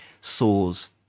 sores